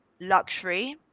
luxury